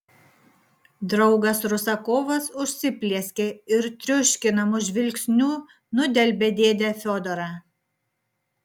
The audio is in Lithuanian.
draugas rusakovas užsiplieskė ir triuškinamu žvilgsniu nudelbė dėdę fiodorą